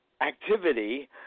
activity